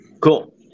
Cool